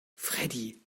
freddie